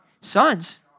Sons